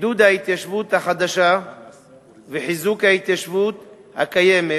עידוד ההתיישבות החדשה וחיזוק ההתיישבות הקיימת